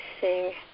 sing